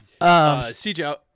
CJ